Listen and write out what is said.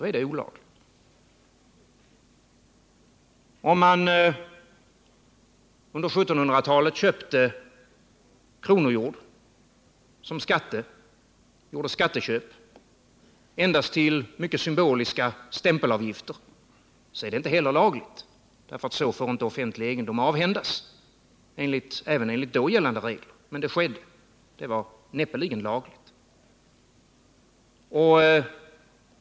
När man under 1700-talet köpte kronojord, gjorde skatteköp, endast till mycket symboliska stämpelavgifter, var inte heller detta lagligt, för så fick inte offentlig egendom avhändas även enligt då gällande regler. Men så skedde, och det var näppeligen lagligt.